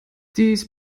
dies